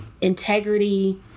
Integrity